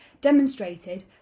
demonstrated